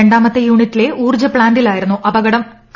രണ്ടാമത്തെ യൂണിറ്റിലെ ഊർജ്ജ പ്താന്റിലായിരുന്നു അപകടം